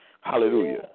Hallelujah